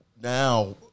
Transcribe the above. now